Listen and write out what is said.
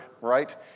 right